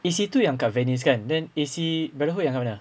A_C tu yang kat venice kan then A_C brotherhood yang mana